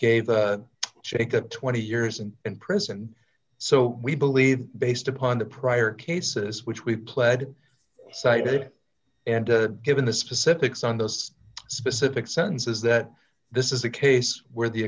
gave a shake up twenty years in prison so we believe based upon the prior cases which we've pled cited and given the specifics on those specific senses that this is a case where the